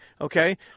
Okay